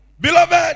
Beloved